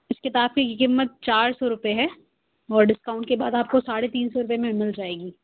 اُس کتاب کی یہ قیمت چار سو روپیے ہے اور ڈسکاؤنٹ کے بعد آپ کو ساڑھے تین سو روپیے میں وہ مل جائے گی